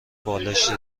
بالشت